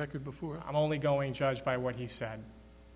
record before i'm only going by what he said